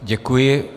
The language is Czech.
Děkuji.